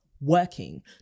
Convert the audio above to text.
working